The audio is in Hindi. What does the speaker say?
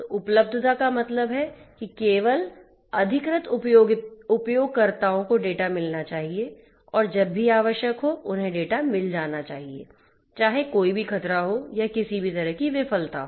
तो उपलब्धता का मतलब है कि केवल अधिकृत उपयोगकर्ताओं को डेटा मिलना चाहिए और जब भी आवश्यक हो उन्हें डेटा मिल जाना चाहिए चाहे कोई भी खतरा हो या किसी भी तरह की विफलता हो